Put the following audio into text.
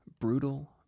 brutal